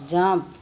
jump